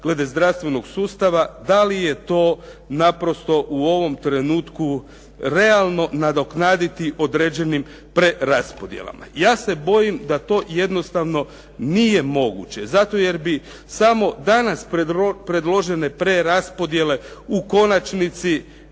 glede zdravstvenog sustava da li je to naprosto u ovom trenutku realno nadoknaditi određenim preraspodjelama. Ja se bojim da to jednostavno nije moguće zato jer bi samo danas predložene preraspodjele u konačnici